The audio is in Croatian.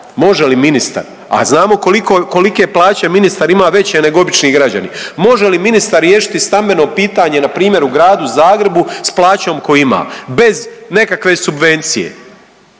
može li ministar, a znamo kolike plaće ministar ima veće nego obični građani, može li ministar riješiti stambeno pitanje npr. u gradu Zagrebu s plaćom koju ima bez nekakve subvencije?